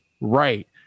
right